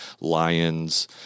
Lions